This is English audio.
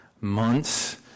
months